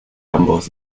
ambos